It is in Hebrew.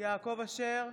יעקב אשר,